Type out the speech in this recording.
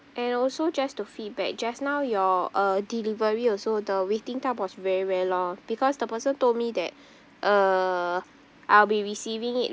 and also just to feedback just now your uh delivery also the waiting time was very very long because the person told me that uh I'll be receiving it